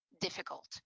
difficult